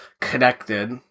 connected